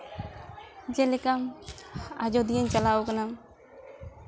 ᱡᱮᱞᱮᱠᱟ ᱟᱡᱳᱫᱤᱭᱟᱹᱧ ᱪᱟᱞᱟᱣ ᱠᱟᱱᱟ